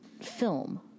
film